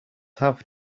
have